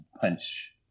punch